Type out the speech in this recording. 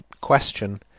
question